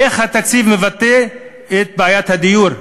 איך התקציב מבטא את בעיית הדיור?